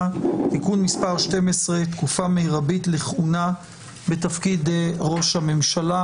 (תיקון מס' 12) (תקופה מרבית לכהונה בתפקיד ראש הממשלה).